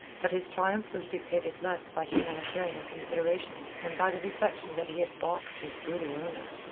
but his triumph was dictated less by humanitarian considerations than by the reflection that he had baulked his brutal owner.